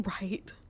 Right